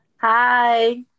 Hi